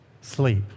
sleep